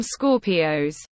Scorpios